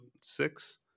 six